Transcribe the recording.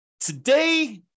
Today